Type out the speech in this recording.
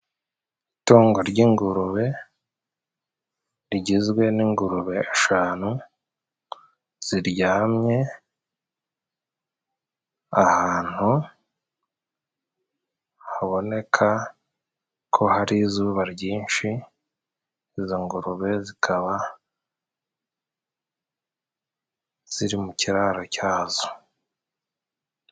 Itungo ry'ingurube rigizwe n'ingurube eshanu, ziryamye ahantu haboneka ko hari izuba ryinshi; izo ngurube zikaba ziri mu kiraro cyazo.